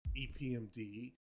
EPMD